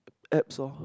apps lor